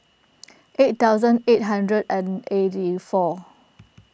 eight thousand eight hundred and eighty four